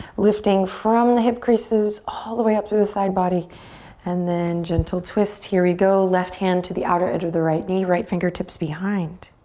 lifting from the hip creases all the way up through the side body and then gentle twist. here we go, left hand to the outer edge of the right knee. right fingertips behind.